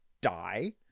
die